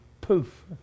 poof